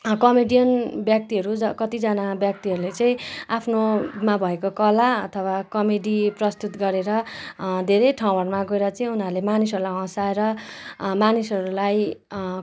comedian व्यक्तिहरू कतिजना व्यक्तिहरूले चाहिँ आफ्नोमा भएको कला अथवा कमेडी प्रस्तुत गरेर धेरै ठाउँहरूमा गएर चाहिँ उनीहरूले मानिसहरूलाई हँसाएर मानिसहरूलाई